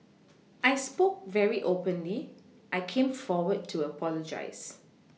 I spoke very openly I came forward to apologise